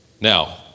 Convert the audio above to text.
Now